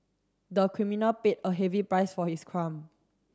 the criminal paid a heavy price for his crime